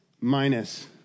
minus